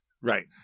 right